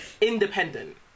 independent